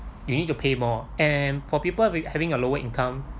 you need to pay more and for people with having a lower income